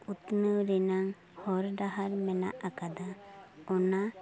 ᱩᱛᱱᱟᱹᱣ ᱨᱮᱱᱟᱜ ᱦᱚᱨ ᱰᱟᱦᱟᱨ ᱢᱮᱱᱟᱜ ᱟᱠᱟᱫᱟ ᱚᱱᱟ